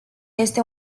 este